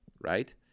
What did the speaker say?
right